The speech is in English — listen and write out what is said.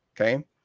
Okay